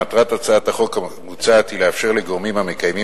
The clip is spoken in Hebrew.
מטרת הצעת החוק המוצעת היא לאפשר לגורמים המקיימים